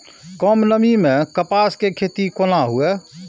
कम नमी मैं कपास के खेती कोना हुऐ?